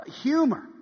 humor